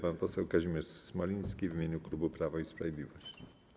Pan poseł Kazimierz Smoliński w imieniu klubu Prawo i Sprawiedliwość.